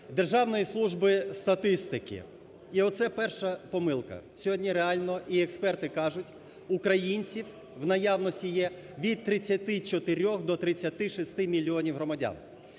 Державної служби статистики, і оце перша помилка. Сьогодні реально і експерти кажуть, українців в наявності є від 34 до 36 мільйонів громадян.